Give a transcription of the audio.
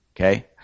Okay